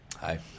Hi